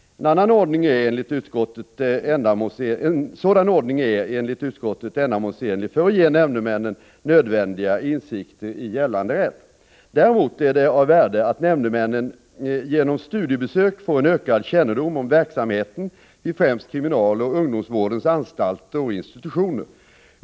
En sådan ordning är, enligt utskottet, ändamålsenlig för att ge nämndemännen nödvändiga insikter i gällande rätt. Däremot är det av värde att nämndemännen genom studiebesök får en ökad kännedom om verksamheten vid främst kriminaloch ungdomsvårdens anstalter och institutioner.